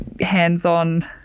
hands-on